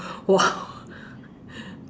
!wow!